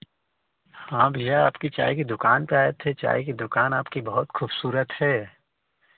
हाँ भैया आपकी चाय की दुकान पर आए थे चाय की दुकान आपकी बहुत खूबसूरत है